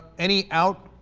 any out